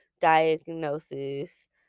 diagnosis